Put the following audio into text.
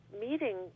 meeting